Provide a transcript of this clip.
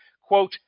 quote